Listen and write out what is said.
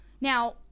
now